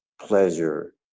pleasure